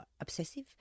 obsessive